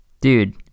Dude